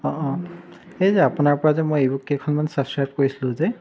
অঁ অঁ সেই যে আপোনাৰ পৰা যে মই ই বুক কেইখনমান ছাবস্ক্ৰাইব কৰিছিলো যে